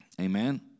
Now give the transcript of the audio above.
Amen